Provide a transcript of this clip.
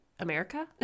america